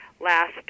last